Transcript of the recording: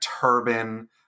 turban